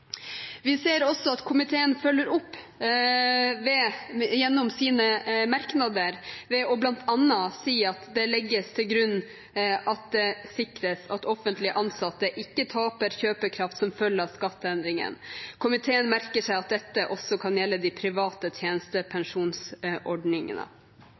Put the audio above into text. Vi ser også at komiteen følger opp gjennom sine merknader ved bl.a. å si: «Det legges til grunn at det sikres at offentlig ansatte ikke taper kjøpekraft som følge av skatteendringen. Komiteen merker seg at dette også kan gjelde de private tjenestepensjonsordningene.»